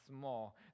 small